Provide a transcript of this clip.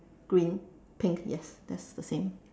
green pink yes that's the same